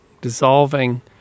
dissolving